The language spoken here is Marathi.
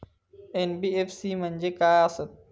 एन.बी.एफ.सी म्हणजे खाय आसत?